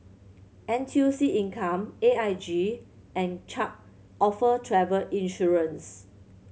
N T U C Income A I G and Chubb offer travel insurance